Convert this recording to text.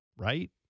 right